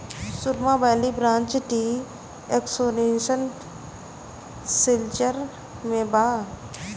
सुरमा valley branch tea association Silchar में बा